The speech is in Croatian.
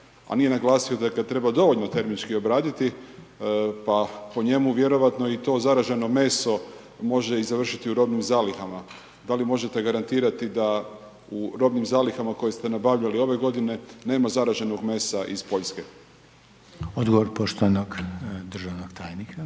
a nije naglasio da ga treba dovoljno termički obraditi pa po njemu vjerojatno i to zaraženo meso može i završiti u robnim zalihama. Da li možete garantirati da u robnim zalihama koje ste nabavljali ove godine nema zaraženog mesa iz Poljske? **Reiner, Željko (HDZ)** Odgovor poštovanog državnog tajnika.